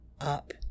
up